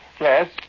Yes